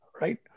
right